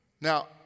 Now